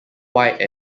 white